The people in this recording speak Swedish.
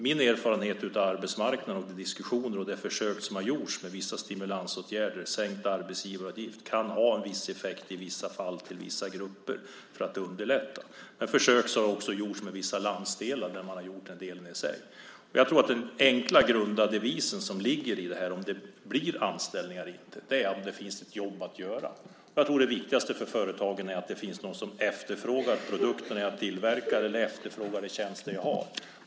Min erfarenhet av arbetsmarknaden, de diskussioner och de försök som har gjorts med vissa stimulansåtgärder, är att sänkt arbetsgivaravgift kan ha en viss effekt i vissa fall, för vissa grupper, för att det underlättar. Men försök i den delen har också gjorts med vissa landsdelar. Jag tror att den enkla, grunda devisen för om det blir anställningar eller inte är att det finns jobb att göra. Jag tror att det viktigaste för företagen är att det finns någon som efterfrågar produkterna de tillverkar eller efterfrågar de tjänster de har.